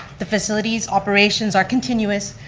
the facilities operations are continuous,